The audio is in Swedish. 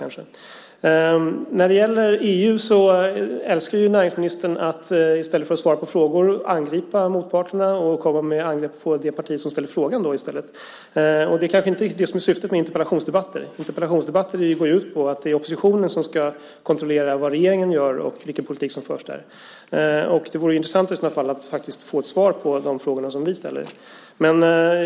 När det gäller EU älskar näringsministern att i stället för att svara på frågor angripa motparten, det parti, som ställer frågan. Det är kanske inte riktigt det som är syftet med interpellationsdebatter. Interpellationsdebatter går ut på att det är oppositionen som ska kontrollera vad regeringen gör och vilken politik som förs där. Det vore intressant att faktiskt få svar på de frågor vi ställer.